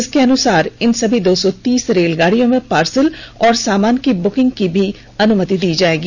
इसके अनुसार इन सभी दो सौ तीस रेलगाडियों में पार्सल और सामान की बुकिंग की भी अनुमति दी जाएगी